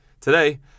Today